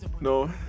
no